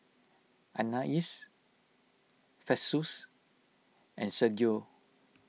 Anais Festus and Sergio